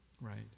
right